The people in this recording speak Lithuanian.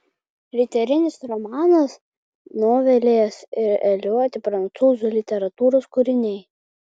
riterinis romanas novelės ir eiliuoti prancūzų literatūros kūriniai